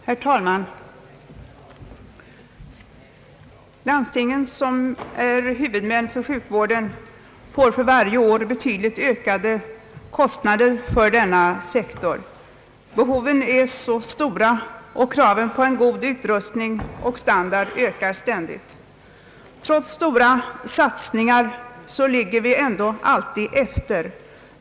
Herr talman! Landstingen som är huvudmän för sjukvården får för varje år betydligt ökade kostnader för denna sektor. Behoven är stora, och kraven på en god utrustning och standard ökar ständigt. Trots stora satsningar ligger vi ändå alltid efter.